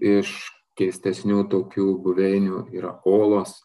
iš keistesnių tokių buveinių yra olos